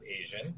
Asian